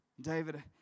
David